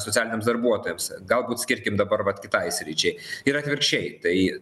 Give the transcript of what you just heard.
socialiniams darbuotojams galbūt skirkim dabar vat kitai sričiai ir atvirkščiai tai